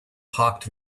parked